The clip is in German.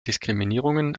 diskriminierungen